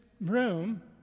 room